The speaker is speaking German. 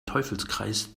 teufelskreis